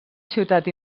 ciutat